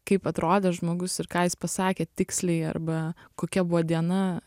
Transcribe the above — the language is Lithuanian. kaip atrodė žmogus ir ką jis pasakė tiksliai arba kokia buvo diena